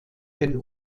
den